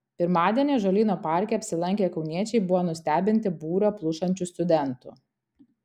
pirmadienį ąžuolyno parke apsilankę kauniečiai buvo nustebinti būrio plušančių studentų